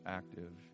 active